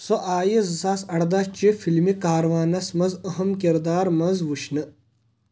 سۄ آیہِ زٕ ساس اردہ چہِ فِلمہِ کاروانس منٛز أہم کِردار منٛز وٕچھنہٕ